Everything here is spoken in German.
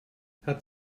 hat